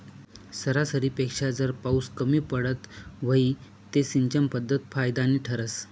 सरासरीपेक्षा जर पाउस कमी पडत व्हई ते सिंचन पध्दत फायदानी ठरस